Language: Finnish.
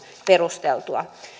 perusteltua